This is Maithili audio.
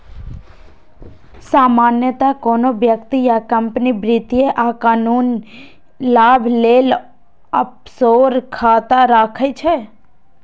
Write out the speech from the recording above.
सामान्यतः कोनो व्यक्ति या कंपनी वित्तीय आ कानूनी लाभ लेल ऑफसोर खाता राखै छै